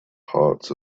hearts